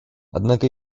однако